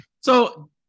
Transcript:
So-